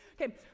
Okay